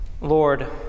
Lord